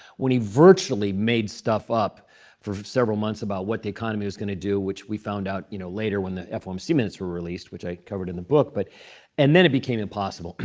when he virtually made stuff up for several months about what the economy was going to do, which we found out you know later, when the fomc minutes were released, which i covered in the book. but and then it became impossible.